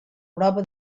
prova